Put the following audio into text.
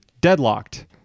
deadlocked